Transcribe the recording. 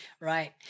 Right